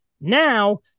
Now